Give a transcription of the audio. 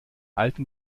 alten